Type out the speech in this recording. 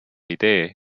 idee